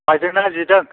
बायदोंना जिदों